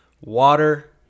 water